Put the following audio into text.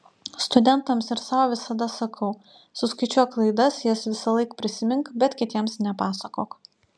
studentams ir sau visada sakau suskaičiuok klaidas jas visąlaik prisimink bet kitiems nepasakok